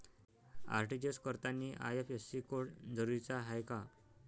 RTGS करतांनी IFSC code जरुरीचा हाय का?